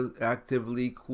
actively